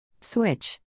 Switch